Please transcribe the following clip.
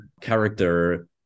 character